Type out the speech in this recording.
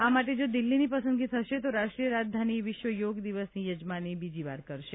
આ માટે જો દિલ્હીની પસંદગી થશે તો રાષ્ટ્રીય રાજધાની વિશ્વ યોગ દિવસની યજમાની બીજીવાર કરશે